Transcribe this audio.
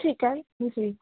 ठीकु आहे जी